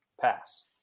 pass